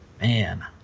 Man